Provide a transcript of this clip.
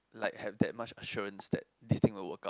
like have that much assurance that this thing will work out